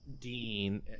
Dean